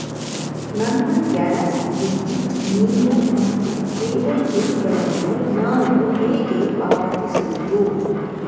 ನನ್ನ ಗ್ಯಾಸ್, ವಿದ್ಯುತ್, ನೀರು ಮತ್ತು ಕೇಬಲ್ ಬಿಲ್ ಗಳನ್ನು ನಾನು ಹೇಗೆ ಪಾವತಿಸುವುದು?